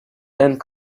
and